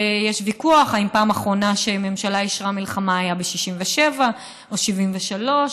יש ויכוח אם הפעם האחרונה שממשלה אישרה מלחמה הייתה ב-67' או 73',